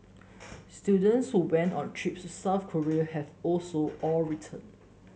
students who went on trips to South Korea have also all returned